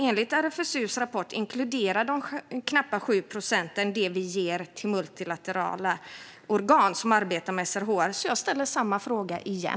Enligt RFSU:s rapport inkluderar dock de knappa 7 procenten det vi ger till multilaterala organ som arbetar med SRHR. Så jag ställer samma fråga igen.